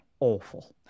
awful